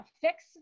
fix